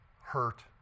hurt